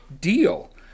deal